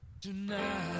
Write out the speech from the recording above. Tonight